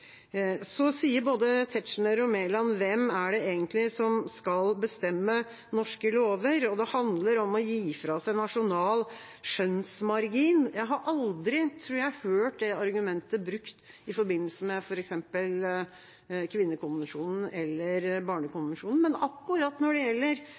Så spør både Tetzschner og Mæland om hvem som egentlig skal bestemme norske lover, og sier at det handler om å gi fra seg nasjonal skjønnsmargin. Jeg har aldri – tror jeg – hørt det argumentet brukt i forbindelse med f.eks. kvinnekonvensjonen eller barnekonvensjonen, men akkurat når det gjelder